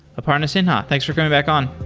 aparna sinha, thanks for coming back on.